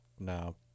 no